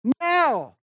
now